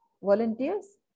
volunteers